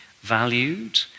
valued